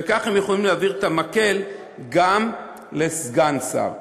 וכך הם יכולים להעביר את המקל גם לסגן שר.